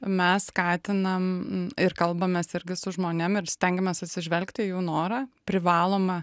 mes skatinam ir kalbamės irgi su žmonėm ir stengiamės atsižvelgti į jų norą privaloma